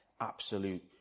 absolute